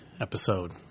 episode